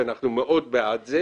דבר שאנחנו מאוד בעדו,